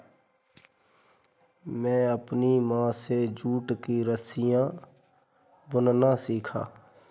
मैंने अपनी माँ से जूट की रस्सियाँ बुनना सीखा